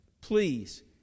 Please